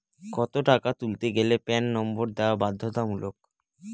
কত টাকা তুলতে গেলে প্যান নম্বর দেওয়া বাধ্যতামূলক?